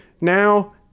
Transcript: Now